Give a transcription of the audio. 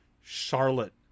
Charlotte